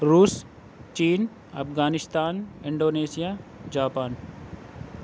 روس چین Afghanistan Indonesia Japan